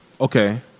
Okay